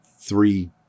three